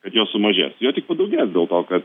kad jo sumažės jo tik padaugės dėl to kad